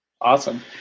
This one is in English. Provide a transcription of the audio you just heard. Awesome